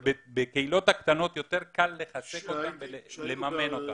בקהילות הקטנות יותר קל לחזק אותן ולממן אותן.